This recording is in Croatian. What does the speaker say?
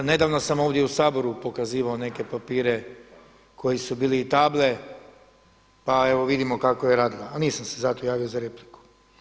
Nedavno sam ovdje u Saboru pokazivao neke papire koji su bili i table, pa evo vidimo kako je radila, ali nisam se zato javio za repliku.